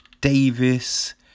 Davis